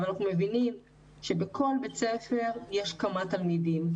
אבל אנחנו מבינים שבכל בית ספר יש כמה תלמידים.